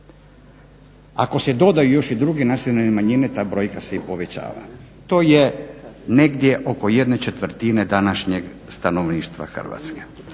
Ako se dodaju još i druge nacionalne manjine ta brojka se i povećava. To je negdje oko jedne četvrtine današnjeg stanovništva Hrvatske.